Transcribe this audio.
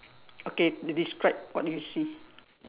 okay describe what do you see